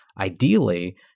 ideally